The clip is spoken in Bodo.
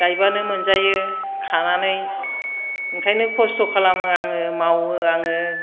गायबानो मोनजायो खानानै ओंखायनो खस्थ' खालामो आङो मावो आङो